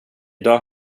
dag